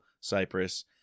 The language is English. Cyprus